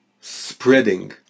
spreading